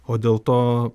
o dėl to